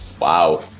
wow